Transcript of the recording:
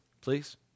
please